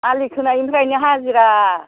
आलि खोनायनिफ्रायनो हाजिरा